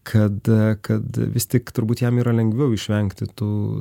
kad kad vis tik turbūt jam yra lengviau išvengti tų